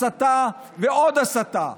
הסתה ועוד הסתה.